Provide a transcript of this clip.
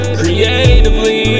creatively